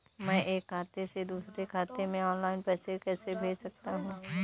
मैं एक खाते से दूसरे खाते में ऑनलाइन पैसे कैसे भेज सकता हूँ?